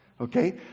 okay